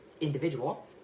individual